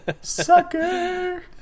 Sucker